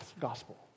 gospel